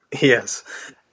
Yes